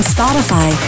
Spotify